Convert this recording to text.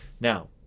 Now